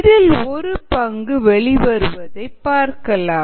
இதில் ஒரு பங்கு வெளிவருவதை பார்க்கலாம்